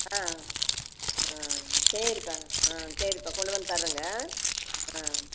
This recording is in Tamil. ஆ சரிப்பா ஆ சரிப்பா கொண்டு வந்து தரேங்க ஆ